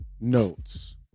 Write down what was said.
notes